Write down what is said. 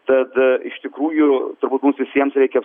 tad iš tikrųjų turbūt mums visiems reikia